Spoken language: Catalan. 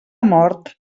mort